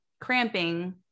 cramping